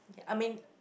I mean